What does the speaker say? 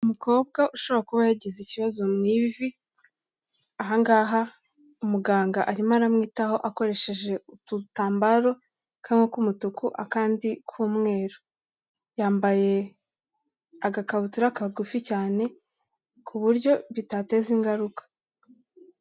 Umukobwa ushobora kuba yagize ikibazo mu ivi, aha ngaha umuganga arimo aramwitaho akoresheje udutambaro kamwe k'umutuku akandi k'umweru. Yambaye agakabutura kagufi cyane ku buryo bitateza ingaruka.